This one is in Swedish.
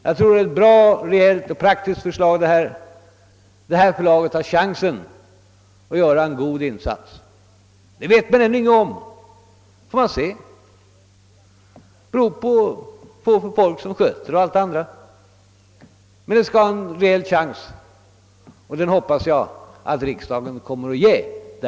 Jag tror att detta är ett bra, rejält och praktiskt förslag. Detta förlag bör ha chansen att göra en god insats. Hur det går får man se. Det beror på vad vi kan få för folk att sköta förlaget och mycket annat. Men förlaget skall ha en reell chans, och det hoppas jag att riksdagen kommer att ge det.